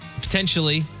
Potentially